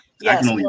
Yes